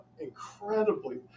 incredibly